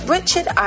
Richard